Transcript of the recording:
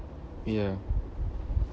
ya